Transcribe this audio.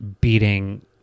beating